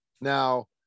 Now